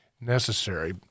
necessary